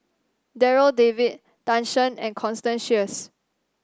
Darryl David Tan Shen and Constance Sheares